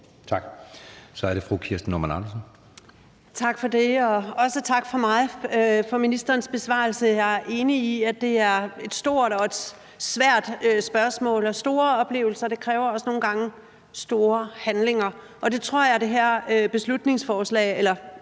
Kl. 14:58 Kirsten Normann Andersen (SF): Tak for det, og også tak fra mig for ministerens besvarelse. Jeg er enig i, at det er et stort og et svært spørgsmål, og store oplevelser kræver også nogle gange store handlinger, og det tror jeg at det her borgerforslag også